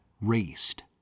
raced